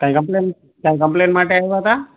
કંઈ કમ્પલેન કંઈ કમ્પલેન માટે આવ્યા હતા